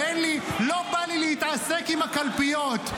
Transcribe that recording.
לא בא לי להתעסק עם הקלפיות.